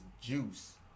juice